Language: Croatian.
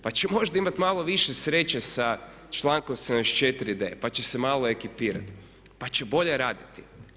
Pa će možda imati malo više sreće sa člankom 74D, pa će se malo ekipirati, pa će bolje raditi.